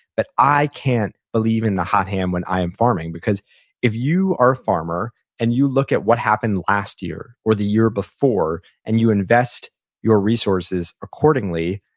but i can't believe in the hot hand when i am farming, because if you are a farmer and you look at what happened last year or the year before and you invest your resources accordingly,